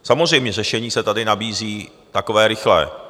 Samozřejmě řešení se tady nabízí takové rychlé.